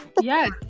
yes